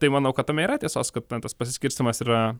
tai manau kad tame yra tiesos kad na tas pasiskirstymas yra